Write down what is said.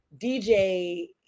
DJ